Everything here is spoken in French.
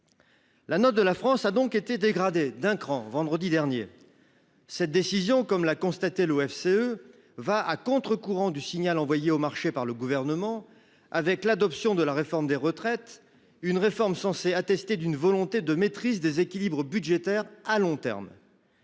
La note de la France a donc été dégradé d'un cran vendredi dernier. Cette décision, comme l'a constaté l'OFCE va à contre-courant du signal envoyé au marché par le gouvernement avec l'adoption de la réforme des retraites, une réforme censée attester d'une volonté de maîtrise des équilibres budgétaires à long terme.